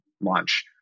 launch